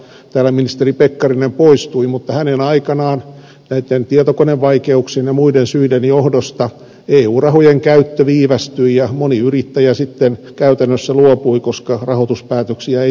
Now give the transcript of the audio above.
täältä ministeri pekkarinen poistui mutta hänen aikanaan tietokonevaikeuksien ja muiden syiden johdosta eu rahojen käyttö viivästyi ja moni yrittäjä sitten käytännössä luopui koska rahoituspäätöksiä ei tullut